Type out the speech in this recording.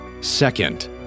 Second